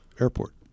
Airport